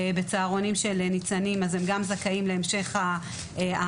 בצהרונים של ניצנים גם זכאים להמשך התמיכה הזו.